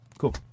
Cool